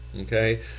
Okay